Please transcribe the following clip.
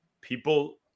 people